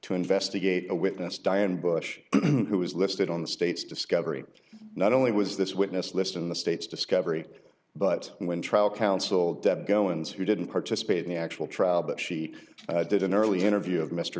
to investigate a witness diane bush who is listed on the state's discovery not only was this witness list in the state's discovery but when trial counsel deb go in so you didn't participate in the actual trial but she did an early interview of mr